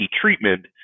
treatment